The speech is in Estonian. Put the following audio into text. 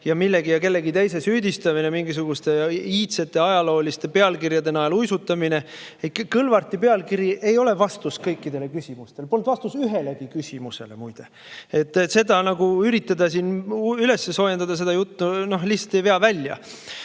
millegi ja kellegi teise süüdistamine, mingisuguste iidsete ja ajalooliste pealkirjade najal uisutamine. Kõlvarti pealkiri ei ole vastus kõikidele küsimustele. See polnud vastus ühelegi küsimusele, muide. Seda juttu üritada siin üles soojendada – no lihtsalt ei vea välja.